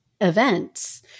events